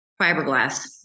Fiberglass